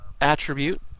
attribute